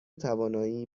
توانایی